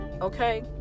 Okay